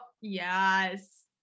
yes